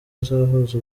uzahuza